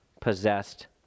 possessed